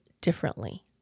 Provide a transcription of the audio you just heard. differently